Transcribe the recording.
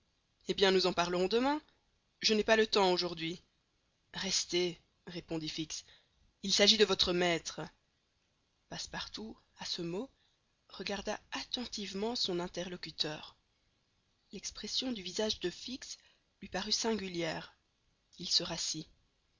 eh bien nous en parlerons demain je n'ai pas le temps aujourd'hui restez répondit fix il s'agit de votre maître passepartout à ce mot regarda attentivement son interlocuteur l'expression du visage de fix lui parut singulière il se